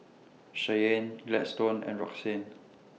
Cheyanne Gladstone and Roxane